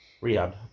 Rehab